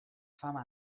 fama